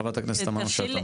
ח"כ תמנו שטה.